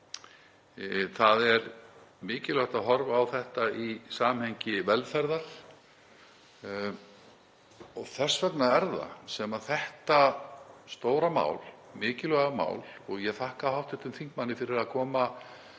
Það er mikilvægt að horfa á þetta í samhengi velferðar. Þess vegna er það sem þetta stóra mál, mikilvæga mál — og ég þakka hv. þingmanni fyrir að koma